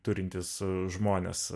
turintys žmonės